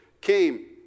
came